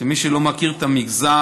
למי שלא מכיר את המגזר,